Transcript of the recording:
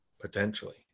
potentially